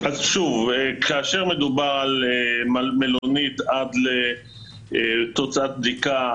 כאשר מדובר על מלונית עד לתוצאת בדיקה,